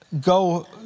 go